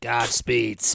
Godspeed